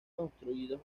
construidos